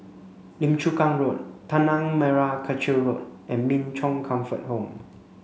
Lim Chu Kang Road Tanah Merah Kechil Road and Min Chong Comfort Home